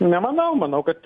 nemanau manau kad